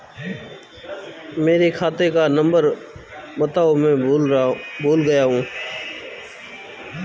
मेरे खाते का नंबर बताओ मैं भूल गया हूं